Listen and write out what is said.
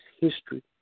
History